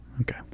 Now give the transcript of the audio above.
Okay